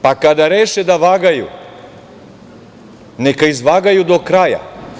Pa, kada reše da vagaju, neka izvagaju do kraja.